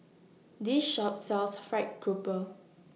This Shop sells Fried Grouper